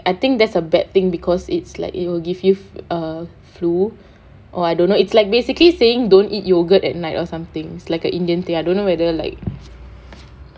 like I think that's a bad thing because it's like it will give you a flu or I don't know it's like basically saying don't eat yogurt at night or something like a indian thing I don't know whether like